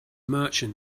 merchant